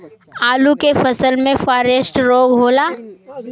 आलू के फसल मे फारेस्ट रोग होला?